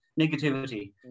negativity